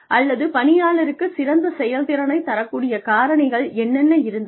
அல்லது பணியாளருக்குச் சிறந்த செயல்திறனை தரக் கூடிய காரணிகள் என்னென்ன இருந்தன